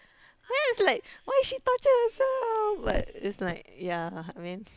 then is like why is she torture herself but is like ya I mean